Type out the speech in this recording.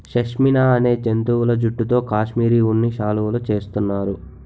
షష్మినా అనే జంతువుల జుట్టుతో కాశ్మిరీ ఉన్ని శాలువులు చేస్తున్నారు